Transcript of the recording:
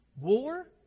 war